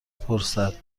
پرسد